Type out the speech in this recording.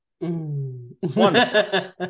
wonderful